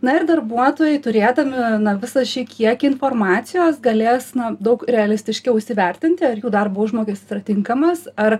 na ir darbuotojai turėdami visą šį kiekį informacijos galės na daug realistiškiau įsivertinti ar jų darbo užmokestis yra tinkamas ar